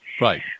Right